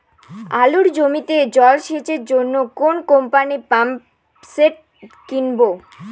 আলুর জমিতে জল সেচের জন্য কোন কোম্পানির পাম্পসেট কিনব?